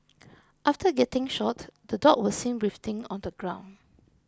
after getting shot the dog was seen writhing on the ground